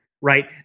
right